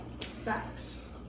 facts